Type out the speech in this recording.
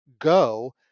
go